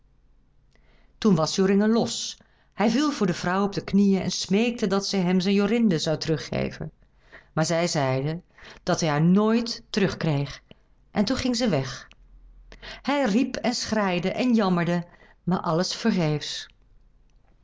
toen was joringel los hij viel voor de vrouw op de knieën en smeekte dat zij hem zijn jorinde zou terug geven maar zij zeide dat hij haar nooit terug kreeg en toen ging zij weg hij riep en schreide en jammerde maar alles vergeefs